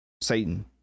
satan